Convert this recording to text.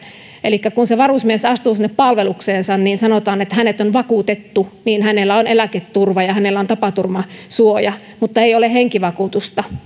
elikkä kun se varusmies astuu sinne palvelukseensa ja sanotaan että hänet on vakuutettu niin hänellä on eläketurva ja hänellä on tapaturmasuoja mutta ei ole henkivakuutusta